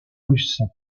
russe